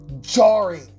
jarring